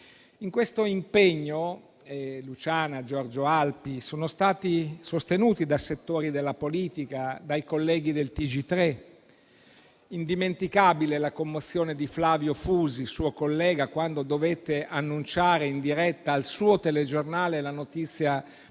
In questo impegno, Luciana e Giorgio Alpi sono stati sostenuti da settori della politica e dai colleghi del TG3. Indimenticabile la commozione di Flavio Fusi, suo collega, quando dovette annunciare in diretta, al suo telegiornale, la notizia